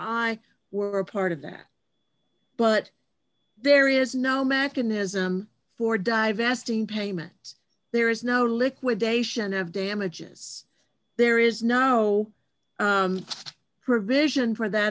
i were part of that but there is no mechanism for divesting payment there is no liquidation of damages there is no provision for that